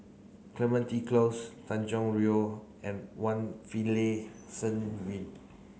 Clementi Close Tanjong Rhu and one Finlayson Green